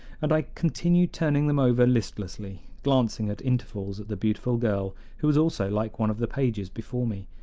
and i continued turning them over listlessly, glancing at intervals at the beautiful girl, who was also like one of the pages before me,